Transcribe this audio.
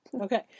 okay